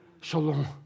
Shalom